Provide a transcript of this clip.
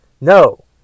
No